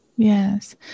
Yes